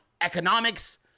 economics